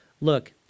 look